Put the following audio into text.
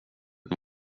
det